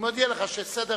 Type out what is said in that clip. אני מודיע לך שבסדר-היום